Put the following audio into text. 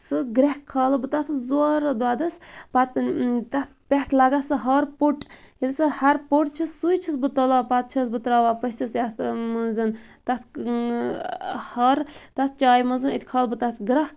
سُہ گریٚکھ کھالہٕ بہٕ تتھ زورٕ دۄدَس پَتہٕ تتھ پٮ۪ٹھ لَگان سۄ ۂر پوٚٹ ییٚلہِ سۄ ۂر پوٚٹ چھُ سۄے چھَس بہٕ تُلان پَتہٕ چَھس بہٕ تراوان پٔژھِس یتھ مَنٛز تتھ ۂر تَتھ چایہِ مَنز کھالہٕ بہٕ تَتھ گریٚکھ